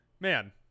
Man